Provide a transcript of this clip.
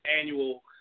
annual